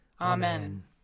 Amen